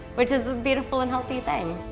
which is a beautiful and healthy thing.